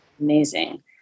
Amazing